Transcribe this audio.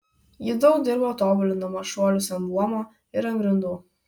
ji daug dirbo tobulindama šuolius ant buomo ir ant grindų